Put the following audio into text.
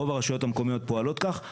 רוב הרשויות המקומיות פועלות כך,